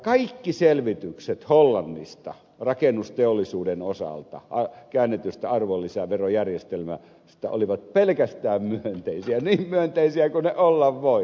kaikki selvitykset hollannista rakennusteollisuuden osalta käännetystä arvonlisäverojärjestelmästä olivat pelkästään myönteisiä niin myönteisiä kuin ne olla voi